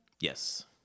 Yes